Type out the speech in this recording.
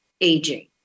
aging